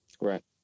Right